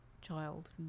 child